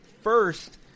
first